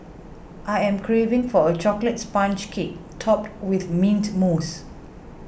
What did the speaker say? I am craving for a Chocolate Sponge Cake Topped with Mint Mousse